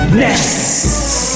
nests